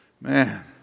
Man